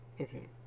Okay